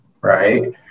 right